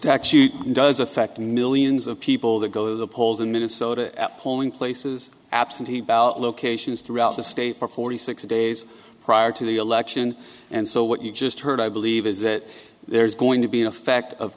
statute does affect millions of people that go to the polls in minnesota polling places absentee ballot locations throughout the state for forty six days prior to the election and so what you just heard i believe is that there is going to be an effect of